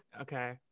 Okay